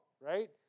right